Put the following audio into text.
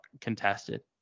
contested